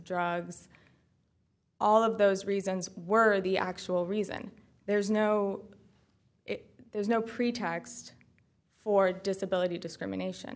drugs all of those reasons were the actual reason there's no there's no pretext for disability discrimination